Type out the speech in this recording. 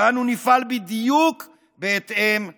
ואנו נפעל בדיוק בהתאם לכך.